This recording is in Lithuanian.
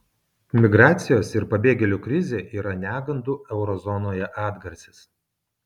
migracijos ir pabėgėlių krizė yra negandų euro zonoje atgarsis